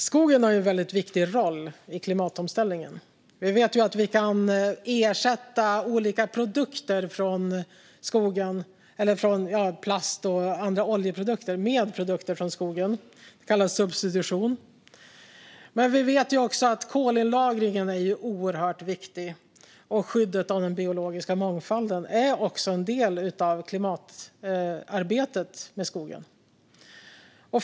Fru talman! Skogen har en väldigt viktig roll i klimatomställningen. Vi vet att vi kan ersätta olika produkter, plast och andra oljeprodukter, med produkter från skogen. Det kallas substitution. Men vi vet också att kolinlagringen är oerhört viktig. Och skyddet av den biologiska mångfalden är en del av klimatarbetet med skogen.